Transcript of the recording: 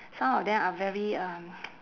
some of them are very um